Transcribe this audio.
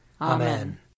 Amen